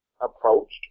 approached